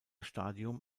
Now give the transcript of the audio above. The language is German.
stadium